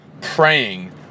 praying